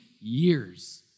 years